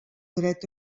dret